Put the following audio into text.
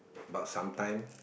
but sometime